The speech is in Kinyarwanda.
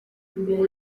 ubu